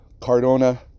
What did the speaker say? Cardona